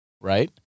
right